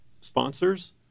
sponsors